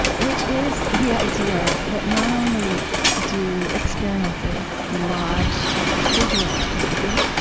which is the idea that not only do experiences lodge physiologically,